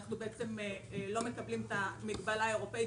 אנחנו לא מקבלים את המגבלה האירופית